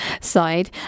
side